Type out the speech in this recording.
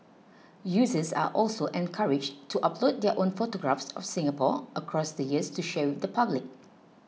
users are also encouraged to upload their own photographs of Singapore across the years to share with the public